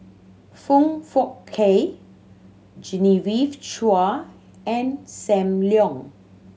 Foong Fook Kay Genevieve Chua and Sam Leong